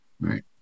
Right